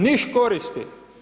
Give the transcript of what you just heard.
Ništ koristi.